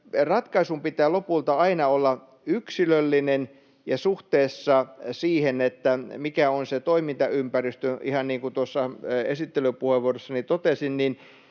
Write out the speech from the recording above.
ratkaisun pitää lopulta aina olla yksilöllinen ja suhteessa siihen, mikä on se toimintaympäristö, ihan niin kuin tuossa esittelypuheenvuorossani totesin, niin